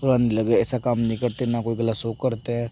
बुरा न लगे ऐसा काम नहीं करते न वह गलत शो करते हैं